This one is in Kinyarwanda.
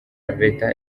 leta